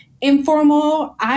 informal